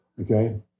Okay